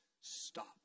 stop